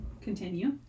Continue